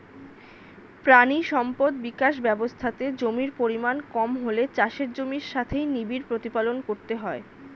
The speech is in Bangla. প্রাণী সম্পদ বিকাশ ব্যবস্থাতে জমির পরিমাণ কম হলে চাষের জমির সাথেই নিবিড় প্রতিপালন করতে হয়